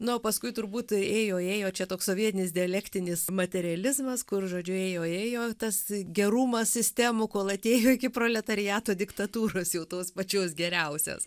nu o paskui turbūt ėjo ėjo čia toks sovietinis dialektinis materializmas kur žodžiu ėjo ėjo tas gerumas sistemų kol atėjo iki proletariato diktatūros jau tos pačios geriausios